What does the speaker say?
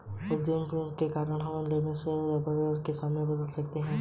rubber प्रौद्योगिकी के कारण हम लेटेक्स को रबर के सामान में बदल सकते हैं